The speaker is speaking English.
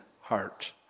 heart